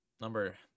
number